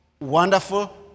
wonderful